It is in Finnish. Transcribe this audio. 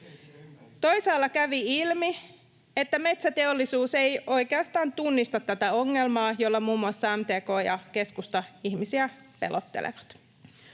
Toisaalla kävi ilmi, että metsäteollisuus ei oikeastaan tunnista tätä ongelmaa, jolla muun muassa MTK ja keskusta ihmisiä pelottelevat.